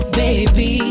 baby